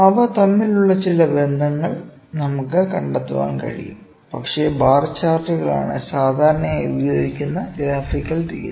അവ തമ്മിലുള്ള ചില ബന്ധങ്ങൾ നമുക്കു കണ്ടെത്താൻ കഴിയും പക്ഷേ ബാർ ചാർട്ടുകളാണ് സാധാരണയായി ഉപയോഗിക്കുന്ന ഗ്രാഫിക്കൽ രീതി